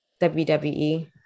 WWE